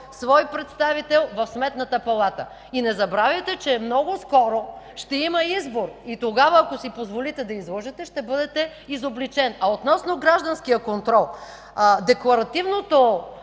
свой представител в Сметната палата? Не забравяйте, че много скоро ще има избор и тогава, ако си позволите да излъжете, ще бъдете изобличен. Относно гражданския контрол. Декларативното,